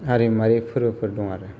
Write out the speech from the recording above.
हारिमुवारि फोरबोफोर दं आरो